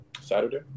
Saturday